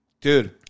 Dude